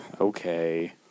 Okay